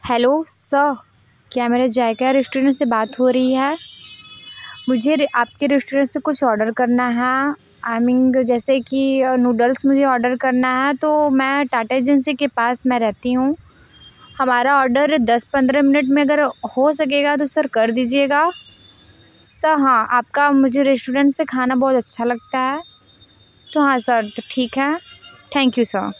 hello sir क्या मेरे Zaika restaurant से बात हो रही है मुझे आपके रेस्टोरेंट से कुछ ऑर्डर करना हाँ आइ मिंग जैसे कि नूडल्स मुझे ऑर्डर करना हाँ तो मैं टाटा एजेंसी के पास में रहती हूँ हमारा ऑर्डर दस पंद्रह मिनट में अगर हो सकेगा तो सर कर दीजिएगा सर हाँ आपका मुझे रेस्टोरेंट से खाना बहुत अच्छा लगता है तो हाँ सर तो ठीक है थैंक यू सर